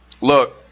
Look